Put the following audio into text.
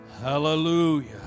Hallelujah